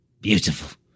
beautiful